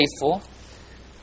faithful